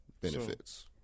benefits